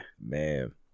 man